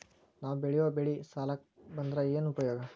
ನಾವ್ ಬೆಳೆಯೊ ಬೆಳಿ ಸಾಲಕ ಬಂದ್ರ ಏನ್ ಉಪಯೋಗ?